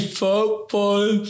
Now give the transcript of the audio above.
football